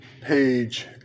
page